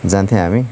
जान्थ्यौँ हामी